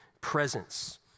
presence